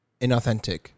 inauthentic